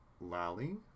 Lally